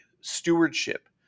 stewardship